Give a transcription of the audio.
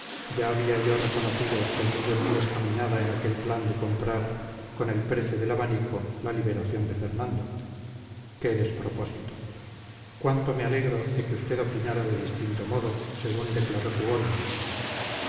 ya había yo reconocido que anduve muy descaminada en aquel plan de comprar con el precio del abanico la liberación de fernando qué despropósito cuánto me alegro de que usted opinara de distinto modo según declaró su